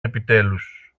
επιτέλους